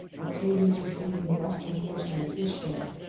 octavius receiving the western portion as his share,